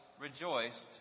rejoiced